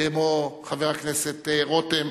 כמו חבר הכנסת רותם,